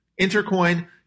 intercoin